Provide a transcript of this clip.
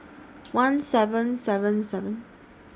one seven seven seven